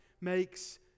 makes